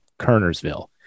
Kernersville